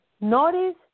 notice